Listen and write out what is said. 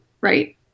right